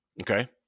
Okay